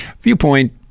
viewpoint